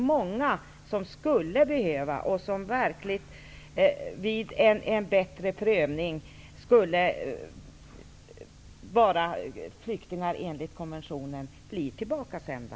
Många som skulle behöva stanna och som vid en bättre prövning verkligen skulle anses vara flyktingar enligt konventionen blir tillbakasända.